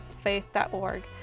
faith.org